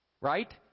Right